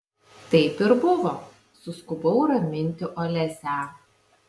taip ir buvo suskubau raminti olesią